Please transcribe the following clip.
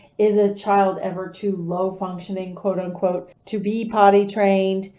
is a child ever too low functioning quote unquote to be potty trained?